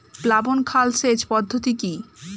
প্লাবন খাল সেচ পদ্ধতি কি?